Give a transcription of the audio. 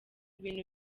bintu